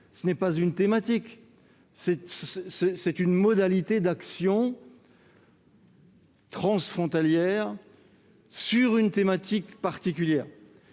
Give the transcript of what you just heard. Ce n'est pas une thématique, mais une modalité d'action, transfrontalière, à propos d'une thématique particulière.